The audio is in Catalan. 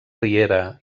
riera